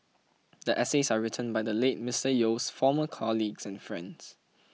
the essays are written by the late Mister Yeo's former colleagues and friends